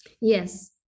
Yes